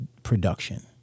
Production